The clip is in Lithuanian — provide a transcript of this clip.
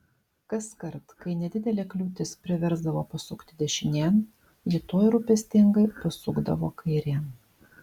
kaskart kai nedidelė kliūtis priversdavo pasukti dešinėn ji tuoj rūpestingai pasukdavo kairėn